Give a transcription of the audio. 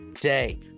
day